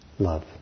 Love